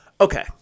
okay